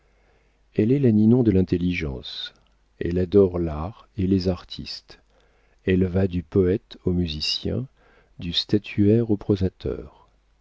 elle est la ninon de l'intelligence elle adore l'art et les artistes elle va du poète au musicien du statuaire au prosateur